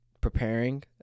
preparing